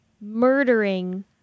murdering